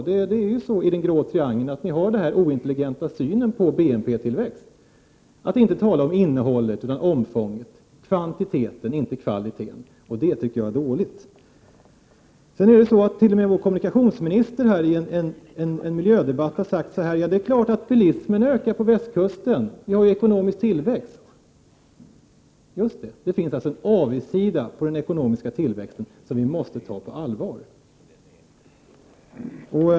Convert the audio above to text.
Ni i den grå triangeln har ju en ointelligent syn på BNP-tillväxt. Ni talar inte om innehållet utan om omfånget, kvantiteten och inte kvaliteten. Det tycker jag är dåligt. Till och med vår kommunikationsminister har i en miljödebatt sagt att det är klart att bilismen ökar på västkusten eftersom vi har ekonomisk tillväxt. Det finns alltså en avigsida på den ekonomiska tillväxten som vi måste ta på allvar.